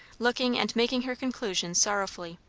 looking and making her conclusions sorrowfully.